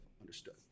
understood